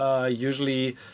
usually